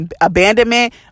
abandonment